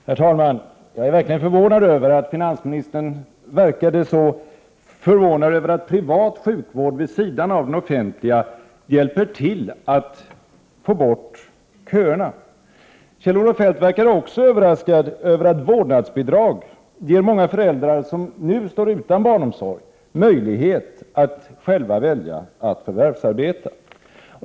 Herr talman! Jag är verkligen förvånad över att finansministern verkade så förbluffad över att privat sjukvård vid sidan av den offentliga hjälper till att få bort köerna. Kjell-Olof Feldt verkade också överraskad över att vårdnadsbidrag ger många föräldrar — som nu står utan barnomsorg — möjlighet att själva välja att förvärvsarbeta.